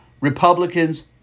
Republicans